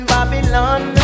Babylon